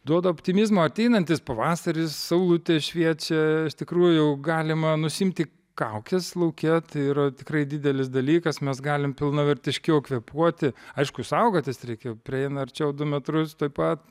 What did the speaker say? duoda optimizmo ateinantis pavasaris saulutė šviečia iš tikrųjų galima nusiimti kaukes lauke tai yra tikrai didelis dalykas mes galim pilnavertiškiau kvėpuoti aišku saugotis reikia prieina arčiau du metrus tuoj pat